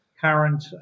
current